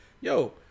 Yo